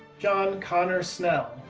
john connor snell,